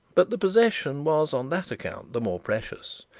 but the possession was on that account the more precious.